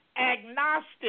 agnostic